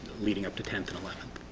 leading up to tenth and eleventh.